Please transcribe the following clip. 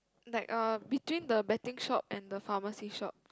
like uh between the betting shop and the pharmacy shop